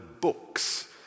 books